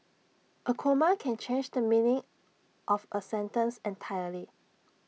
A comma can change the meaning of A sentence entirely